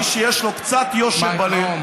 מי שיש לו קצת יושר בלב,